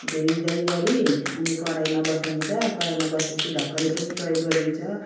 धुइधाइ गरी अनि कराहीमा बसाइन्छ कराहीमा बसेपछि ढकनी पनि प्रयोग गरिन्छ